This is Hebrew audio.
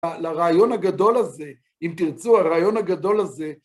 לרעיון הגדול הזה, אם תרצו, הרעיון הגדול הזה,